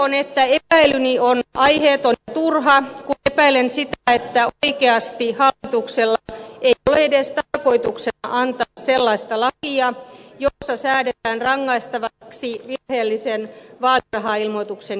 toivon että epäilyni on aiheeton ja turha kun epäilen sitä että oikeasti hallituksella ei ole edes tarkoituksena antaa sellaista lakia jossa säädetään rangaistavaksi virheellisen vaalirahailmoituksen jättäminen